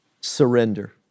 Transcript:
surrender